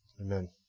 Amen